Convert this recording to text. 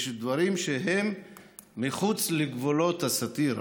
יש דברים שהם מחוץ לגבולות הסאטירה.